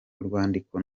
urwandiko